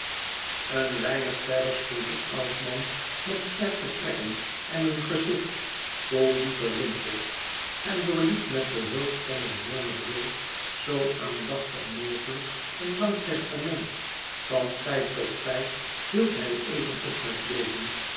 een weinig verder stond een oud man met scherpe trekken en een gezicht vol diepe rimpels en doorliep met behulp van een hoornen bril zoo aandachtig mogelijk een lang testament van tijd tot tijd hield hij even op met lezen